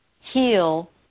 heal